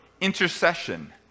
intercession